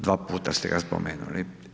Dva puta ste ga spomenuli.